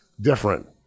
different